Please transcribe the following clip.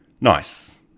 Nice